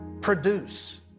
produce